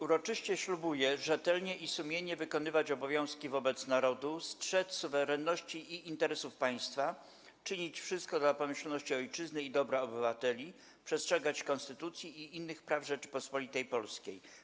Uroczyście ślubuję rzetelnie i sumiennie wykonywać obowiązki wobec Narodu, strzec suwerenności i interesów Państwa, czynić wszystko dla pomyślności Ojczyzny i dobra obywateli, przestrzegać Konstytucji i innych praw Rzeczypospolitej Polskiej”